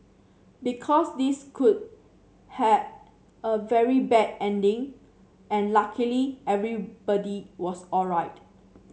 because this could have a very bad ending and luckily everybody was alright